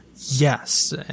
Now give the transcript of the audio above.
Yes